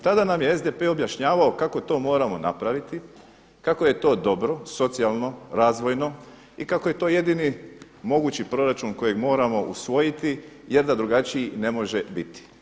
Tada nam je SDP objašnjavao kako to moramo napraviti, kako je to dobro socijalno, razvojno i kako je to jedini mogući proračun kojeg moramo usvojiti jer da drugačiji ne može biti.